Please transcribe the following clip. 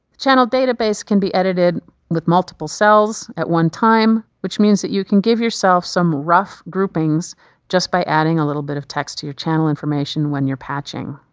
channel database can be edited with multiple cells at one time, which means that you give yourself some rough groupings just by adding a little bit of text to your channel information when you're patching.